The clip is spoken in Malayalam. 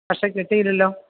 പക്ഷെ കിട്ടിയില്ലല്ലോ